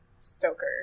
stoker